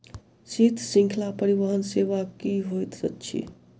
शीत श्रृंखला परिवहन सेवा की होइत अछि?